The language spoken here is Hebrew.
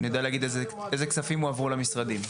אני יודע להגיד אילו כספים הועברו למשרדים.